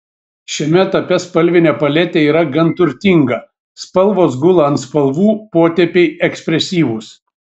šiame etape spalvinė paletė yra gan turtinga spalvos gula ant spalvų potėpiai ekspresyvūs